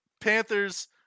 Panthers